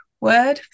word